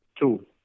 Two